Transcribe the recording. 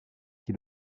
qui